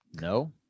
No